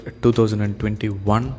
2021